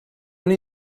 una